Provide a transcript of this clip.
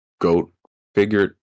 goat-figured